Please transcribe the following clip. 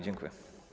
Dziękuję.